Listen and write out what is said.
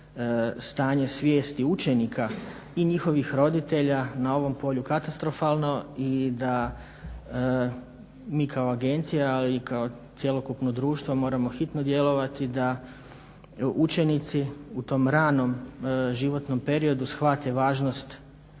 stanje svijesti učenika i njihovih roditelja na ovom polju katastrofalno i da mi kao agencija, ali i kao cjelokupno društvo moramo hitno djelovati da učenici u tom ranom životnom periodu shvate važnost